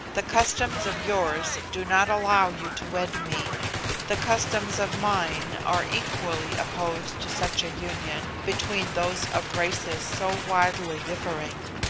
the customs of yours do not allow you to wed me the customs of mine are equally opposed to such a union between those of races so widely differing.